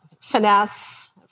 finesse